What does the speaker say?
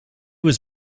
was